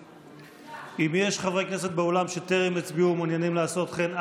נגד אם יש חברי כנסת באולם שטרם הצביעו ומעוניינים לעשות כן,